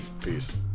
Peace